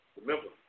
Remember